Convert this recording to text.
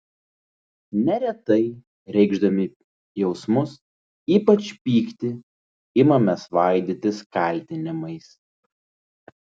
neretai reikšdami jausmus ypač pyktį imame svaidytis kaltinimais